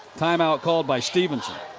time-out called by stephenson.